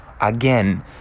Again